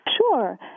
Sure